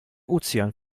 ozean